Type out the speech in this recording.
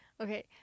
Okay